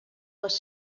les